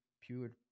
pure